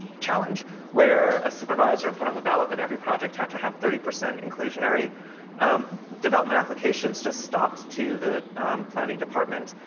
challenge where a supervisor put on the ballot that every project had to have thirty percent inclusionary development applications just stopped to the planning department.